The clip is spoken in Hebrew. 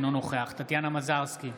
אינו נוכח טטיאנה מזרסקי,